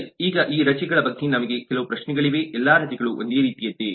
ಸರಿಈಗ ರಜೆಗಳ ಬಗ್ಗೆ ನಮಗೆ ಕೆಲವು ಪ್ರಶ್ನೆಗಳಿವೆ ಎಲ್ಲಾ ರಜೆಗಳು ಒಂದೇ ರೀತಿಯದ್ದೇ